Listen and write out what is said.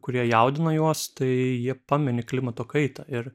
kurie jaudina juos tai jie pamini klimato kaitą ir